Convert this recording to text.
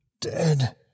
Dead